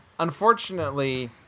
Unfortunately